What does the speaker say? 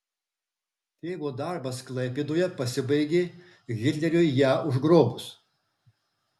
tėvo darbas klaipėdoje pasibaigė hitleriui ją užgrobus